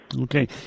okay